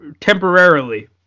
temporarily